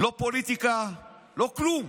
לא פוליטיקה, לא כלום.